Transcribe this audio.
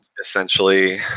essentially